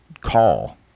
call